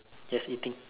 just eating